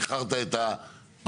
איחרת את המטוס,